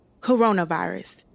Coronavirus